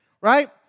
right